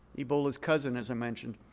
ebola's cousin, as i mentioned,